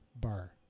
bar